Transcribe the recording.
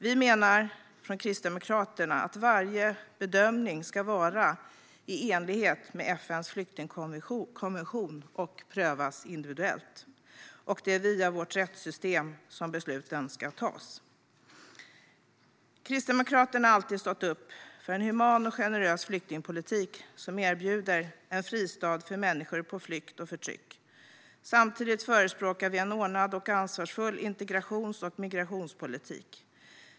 Vi från Kristdemokraterna menar att varje bedömning ska vara i enlighet med FN:s flyktingkonvention och prövas individuellt. Det är via vårt rättssystem som besluten ska tas. Kristdemokraterna har alltid stått upp för en human och generös flyktingpolitik som erbjuder en fristad för människor på flykt från förtryck. Samtidigt förespråkar vi en ordnad och ansvarsfull integrations och migrationspolitik.